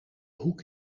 hoek